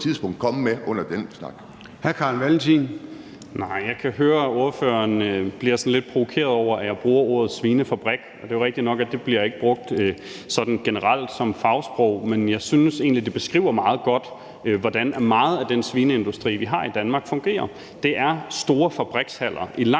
Hr. Carl Valentin.